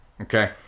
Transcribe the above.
Okay